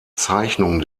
zeichnung